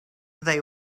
they